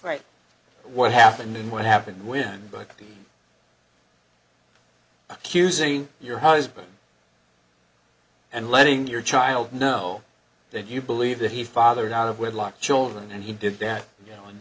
right what happened in what happened when but accusing your husband and letting your child know that you believe that he fathered out of wedlock children and he did that you know